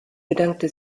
bedankte